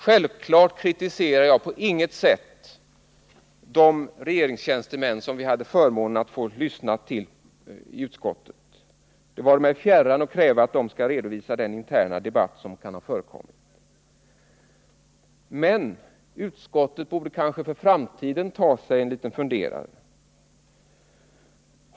Självklart kritiserar jag på inget sätt de regeringstjänstemän som vi hade förmånen att få lyssna till i utskottet. Det vare mig fjärran att kräva att de skall redovisa den interna debatt som kan ha förekommit. Men utskottet borde kanske för framtiden ta sig en liten funderare.